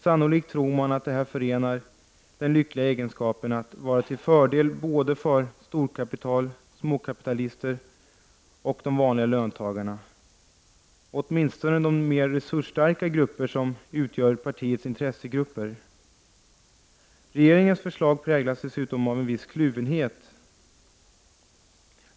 Sannolikt tror de att det här förenar den lyckliga egenskapen att vara till fördel för både storkapital, småkapitalister och de vanliga löntagarna — åtminstone de mer resursstarka grupper som utgör partiernas intressegrupper. Regeringens förslag präglas dessutom av en viss kluvenhet.